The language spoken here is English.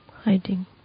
hiding